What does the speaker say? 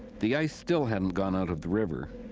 the ice still hadn't gone out of the river,